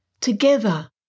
Together